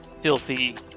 filthy